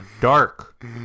Dark